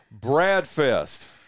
Bradfest